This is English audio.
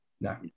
no